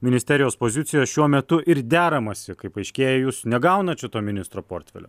ministerijos pozicijos šiuo metu ir deramasi kaip paaiškėja jūs negaunat šito ministro portfelio